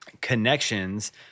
connections